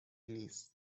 نیست